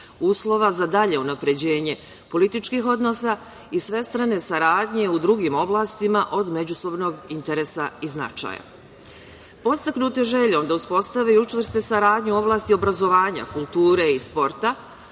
uslova za dalje unapređenje političkih odnosa i svestrane saradnje u drugim oblastima od međusobnog interesa i značaja. Podstaknute željom da uspostave i učvrste saradnju u oblasti obrazovanja, kulture i sporta,